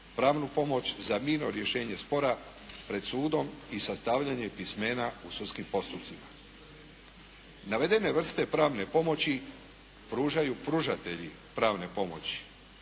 pravnu pomoć za mirno rješenje spora pred sudom i sastavljanje pismena u sudskim postupcima. Navedene vrste pravne pomoći pružaju pružatelji pravne pomoći.